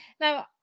now